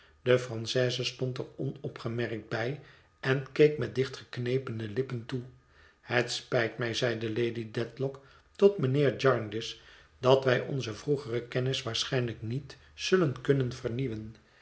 de francaise stond er onopgemerkt bij en keek met dichtgeknepene lippen toe het spijt mij zeide lady dedlock tot mijnheer jarndyce dat wij onze vroegere kennis waarschijnlijk niet zullen kunnen vernieuwen